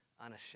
unashamed